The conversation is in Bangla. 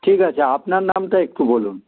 ঠিক আছে আপনার নামটা একটু বলুন